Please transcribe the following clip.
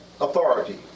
authority